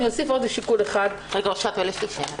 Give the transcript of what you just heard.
אני אוסיף עוד שיקול אחד --- אשרת, שנייה.